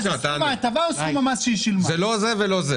עשיתם את זה במחטף כאשר אף אחד לא היה פה בוועדה.